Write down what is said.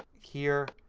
here.